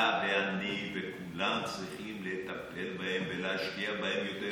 אתה ואני וכולם, לטפל בהם ולהשקיע בהם היטב.